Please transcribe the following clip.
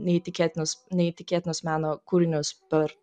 neįtikėtinus neįtikėtinus meno kūrinius per